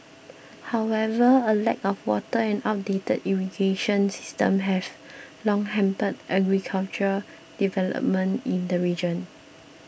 however a lack of water and outdated irrigation systems have long hampered agricultural development in the region